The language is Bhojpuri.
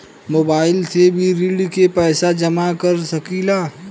मोबाइल से भी ऋण के पैसा जमा कर सकी ला?